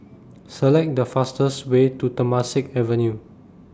Select The fastest Way to Temasek Avenue